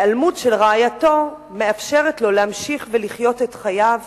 היעלמות של רעייתו מאפשרת לו להמשיך לחיות את חייו,